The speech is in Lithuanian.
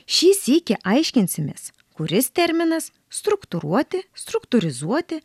šį sykį aiškinsimės kuris terminas struktūruoti struktūrizuoti